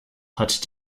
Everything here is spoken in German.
hat